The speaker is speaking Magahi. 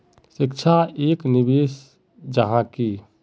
शिक्षा एक निवेश जाहा की?